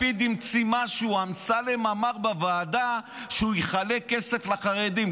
לפיד המציא משהו: אמסלם אמר בוועדה שהוא יחלק כסף לחרדים.